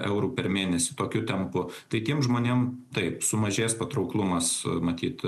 eurų per mėnesį tokiu tempu tai tiem žmonėm taip sumažės patrauklumas matyt